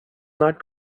not